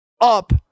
up